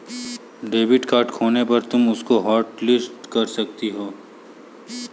debit card खोने पर तुम उसको हॉटलिस्ट कर सकती हो